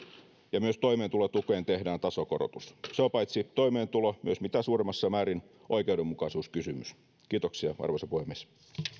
ja myös toimeentulotukeen tehdään tasokorotus se on paitsi toimeentulo myös mitä suurimmassa määrin oikeudenmukaisuuskysymys kiitoksia arvoisa puhemies